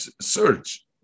search